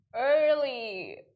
early